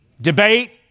debate